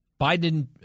Biden